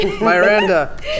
Miranda